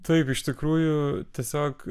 taip iš tikrųjų tiesiog